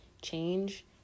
change